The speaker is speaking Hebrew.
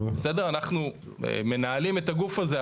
אנחנו מנהלים את הגוף הזה,